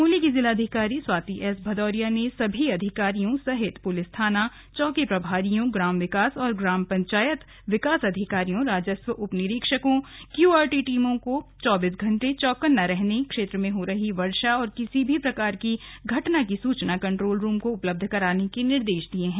चमोली की जिलाधिकारी स्वाति एस भदौरिया ने सभी अधिकारियों सहित पुलिस थाना चौकी प्रभारियों ग्राम विकास और ग्राम पंचायत विकास अधिकारियों राजस्व उप निरीक्षकों क्यूआरटी टीमों को चौबीस घंटे चौकन्ना रहने क्षेत्र में हो रही वर्षा और किसी भी तरह घटना की सूचना कन्ट्रोल रूम को उपलब्ध कराने के निर्देश दिए हैं